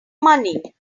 money